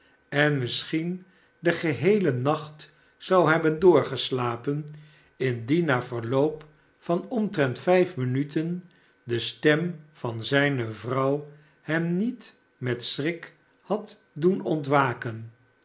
en misschien den geheelen nacht zou hebben doorgeslapen indien na erloop van omtrent vijf minuten de stem van zijne vrouw hem niet met schrik had doen ontwaken